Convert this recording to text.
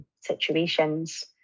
situations